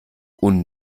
und